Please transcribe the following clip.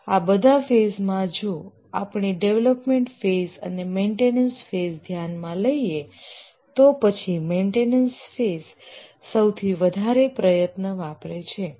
આ બધા ફેઝમાં જો આપણી ડેવલોપમેન્ટ ફેઝ અને મેન્ટેનન્સ ફેઝ ધ્યાનમાં લઈએ તો પછી મેન્ટેનન્સ ફેઝ સૌથી વધારે પ્રયત્ન વાપરે છે